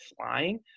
flying